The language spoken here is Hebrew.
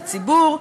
הציבור,